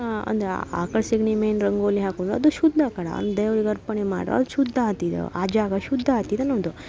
ಅಂದ್ರೆ ಆಕ್ಳ ಸೆಗ್ಣಿ ಮೇಲ್ ರಂಗೋಲಿ ಹಾಕುದು ಅದು ಶುದ್ಧ ಕಡ ಅದ್ನ ದೇವ್ರಿಗೆ ಅರ್ಪಣೆ ಮಾಡ್ರು ಅದು ಶುದ್ಧ ಆತಿದು ಆ ಜಾಗ ಶುದ್ಧ ಆತಿದನೊಂದು